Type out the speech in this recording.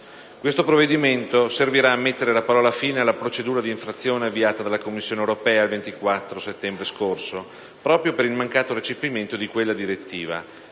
Questo provvedimento servirà a mettere la parola fine alla procedura d'infrazione avviata dalla Commissione europea il 24 settembre scorso, proprio per il mancato recepimento di quella direttiva,